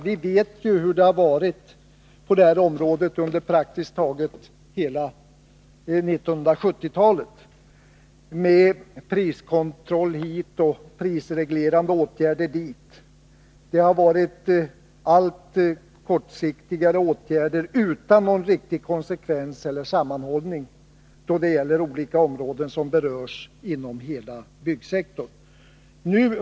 Vi vet ju hur det har varit på det här området under praktiskt taget hela 1970-talet, med priskontroll hit och prisreglerande åtgärder dit. Det har varit allt kortsiktigare åtgärder, utan någon riktig konsekvens eller sammanhållning, inom olika delområden av hela byggsektorn.